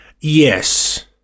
Yes